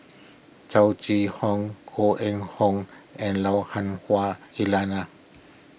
Chow Chee Hong Koh Eng Hoon and Lui Han Hwah Elena